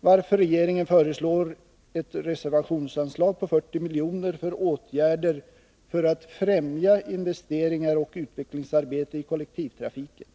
varför regeringen föreslår ett reservationsanslag på 40 miljoner, avsett för åtgärder för att främja investeringar och utvecklingsarbete i kollektivtrafiken.